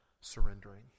surrendering